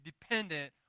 dependent